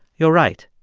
you're right.